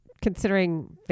Considering